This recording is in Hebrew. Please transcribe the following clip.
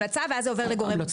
ואז זה עובר לגורם מוסמך.